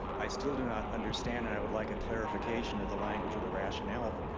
i still do not understand and i would like a clarification of the language or the rationale,